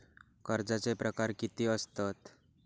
कर्जाचे प्रकार कीती असतत?